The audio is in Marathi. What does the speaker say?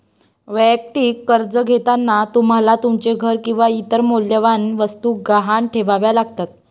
वैयक्तिक कर्ज घेताना तुम्हाला तुमचे घर किंवा इतर मौल्यवान वस्तू गहाण ठेवाव्या लागतात